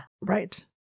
Right